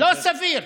לא סביר.